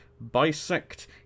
bisect